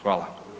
Hvala.